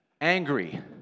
angry